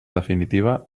definitiva